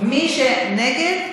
מי שנגד,